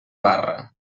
barra